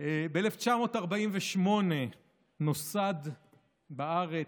ב-1948 נוסד בארץ,